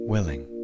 Willing